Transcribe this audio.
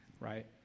right